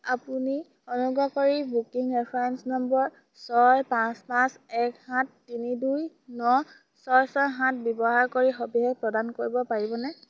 আপুনি অনুগ্ৰহ কৰি বুকিং ৰেফাৰেন্স নম্বৰ ছয় পাঁচ পাঁচ এক সাত তিনি দুই ন ছয় ছয় সাত ব্যৱহাৰ কৰি সবিশেষ প্ৰদান কৰিব পাৰিবনে